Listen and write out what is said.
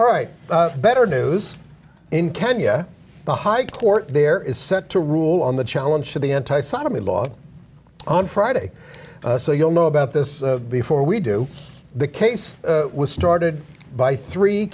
all right better news in kenya the high court there is set to rule on the challenge to the anti sodomy law on friday so you'll know about this before we do the case was started by three